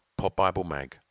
PopBibleMag